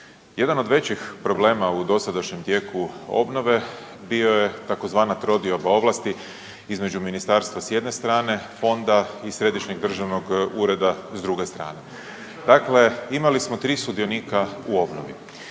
Jedan od većih problema u dosadašnjem tijeku obnove bio je tzv. trodioba ovlasti između ministarstva s jedne strane, Fonda i Središnjeg državnog ureda s druge strane, dakle imali smo 3 sudionika u obnovi.